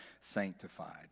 sanctified